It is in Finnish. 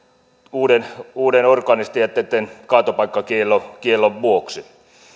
uuden uuden orgaanisten jätteitten kaatopaikkakiellon vuoksi